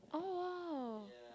oh !wow!